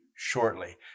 shortly